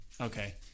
okay